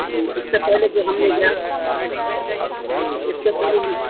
جی اس سے پہلے جو ہم لوگ یا جی جی اس سے پہلے